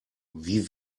wie